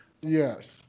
Yes